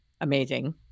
amazing